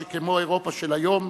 שכמו אירופה של היום,